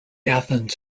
athens